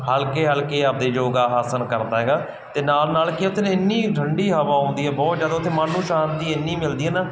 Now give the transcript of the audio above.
ਹਲਕੇ ਹਲਕੇ ਆਪਦੇ ਯੋਗਾ ਆਸਣ ਕਰਦਾ ਹੈਗਾ ਅਤੇ ਨਾਲ ਨਾਲ ਕੀ ਆ ਉੱਥੇ ਨਾ ਇੰਨੀ ਠੰਡੀ ਹਵਾ ਆਉਂਦੀ ਹੈ ਬਹੁਤ ਜ਼ਿਆਦਾ ਉੱਥੇ ਮਨ ਨੂੰ ਸ਼ਾਂਤੀ ਇੰਨੀ ਮਿਲਦੀ ਹੈ ਨਾ